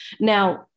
Now